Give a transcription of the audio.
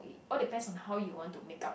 all depends on how you want to make-up